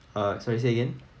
ah sorry say again